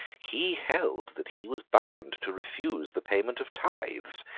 he held that he was bound to refuse the payment of tithes,